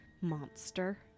monster